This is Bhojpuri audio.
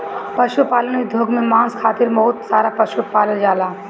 पशुपालन उद्योग में मांस खातिर बहुत सारा पशु पालल जालन